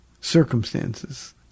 circumstances